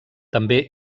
també